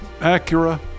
Acura